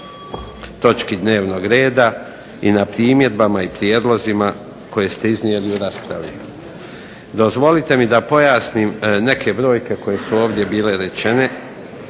točki dnevnog reda i na primjedbama i prijedlozima koje ste iznijeli u raspravi. Dozvolite mi da pojasnim neke brojke koje su ovdje bile rečene.